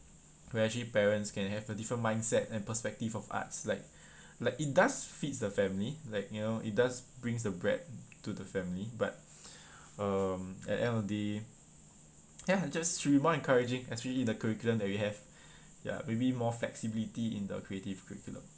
where actually parents can have a different mindset and perspective of arts like like it does feeds the family like you know it does brings the bread to the family but um at the end of the day ya just be more encouraging especially the curriculum that we have ya maybe more flexibility in the creative curriculum